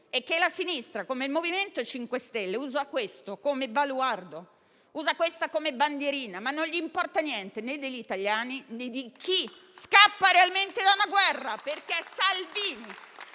è che la sinistra, come il MoVimento 5 Stelle, usa questo come baluardo, come bandierina, ma non gli importa niente né degli italiani, né di chi scappa realmente da una guerra.